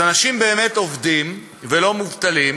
אז אנשים באמת עובדים, ולא מובטלים,